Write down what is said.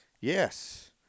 Yes